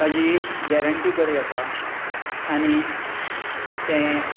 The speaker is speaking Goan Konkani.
ताजी गॅरंटीय बरी आसा आनी तें